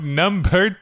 number